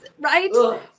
Right